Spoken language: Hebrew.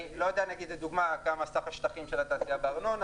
אני לא יודע כמה סך השטחים של התעשייה בארנונה,